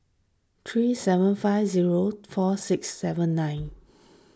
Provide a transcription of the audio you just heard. three seven five zero four six seven nine